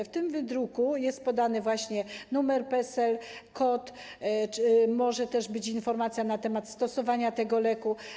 W tym wydruku jest podany numer PESEL, kod, może też być informacja na temat stosowania tego leku.